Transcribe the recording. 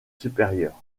supérieures